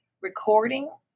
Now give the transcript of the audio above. recording